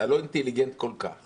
הלא אינטליגנט כל כך